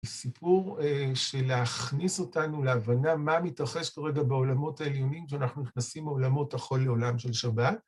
סיפור של להכניס אותנו להבנה מה מתרחש כרגע בעולמות העליונים כשאנחנו נכנסים מעולמות החול לעולם של שבת.